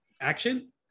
action